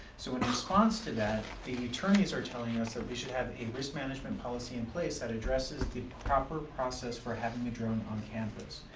so in response to that the attorneys are telling us that we should have a risk management policy in place that addresses the proper process for having a drone on campus.